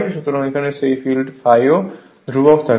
সুতরাং সেই ফিল্ডে ∅ও ধ্রুবক থাকে